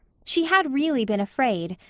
she had really been afraid,